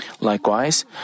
Likewise